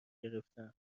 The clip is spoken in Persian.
گرفتم